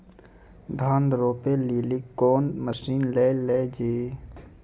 धान रोपे लिली कौन मसीन ले लो जी?